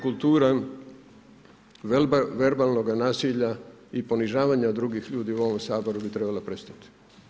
Dakle, kultura verbalnoga nasilja i ponižavanja drugih ljudi u ovom Saboru bi trebala prestati.